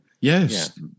Yes